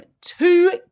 two